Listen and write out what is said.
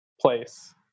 place